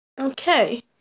Okay